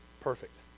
perfect